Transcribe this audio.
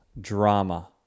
drama